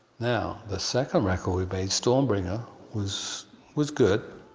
now, the second record we made, stormbringer was was good.